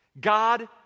God